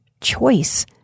choice